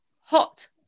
hot